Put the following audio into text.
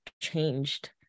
changed